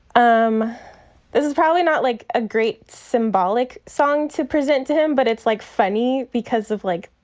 um this is probably not like a great symbolic song to present to him, but it's like funny because of, like,